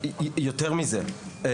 יותר מזה,